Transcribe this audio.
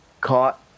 caught